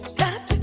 that